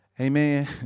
Amen